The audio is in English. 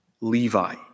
Levi